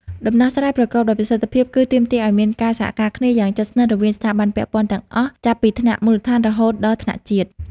ដំណោះស្រាយប្រកបដោយប្រសិទ្ធភាពគឺ ទាមទារឱ្យមានការសហការគ្នាយ៉ាងជិតស្និទ្ធរវាងស្ថាប័នពាក់ព័ន្ធទាំងអស់ ចាប់ពីថ្នាក់មូលដ្ឋានរហូតដល់ថ្នាក់ជាតិ។